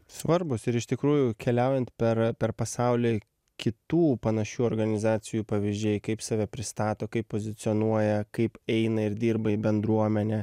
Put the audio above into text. svarbūs ir iš tikrųjų keliaujant per per pasaulį kitų panašių organizacijų pavyzdžiai kaip save pristato kaip pozicionuoja kaip eina ir dirba į bendruomenę